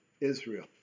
Israel